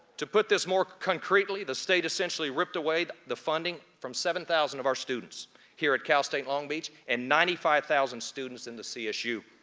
to put this more concretely, the state essentially ripped away the funding from seven thousand of our students here at cal state long beach, and ninety five thousand students in the csu.